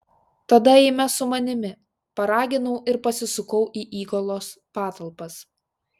tada eime su manimi paraginau ir pasisukau į įgulos patalpas